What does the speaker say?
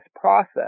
process